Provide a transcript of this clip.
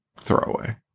throwaway